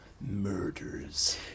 murders